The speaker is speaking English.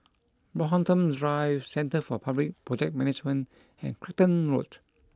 Brockhampton Drive Centre for Public Project Management and Clacton Road